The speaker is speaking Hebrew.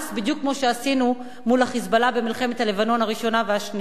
בדיוק כמו שעשינו מול ה"חיזבאללה" במלחמת לבנון הראשונה והשנייה.